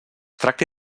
tracti